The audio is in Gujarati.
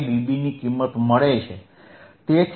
5dB ની કિંમત મળે છે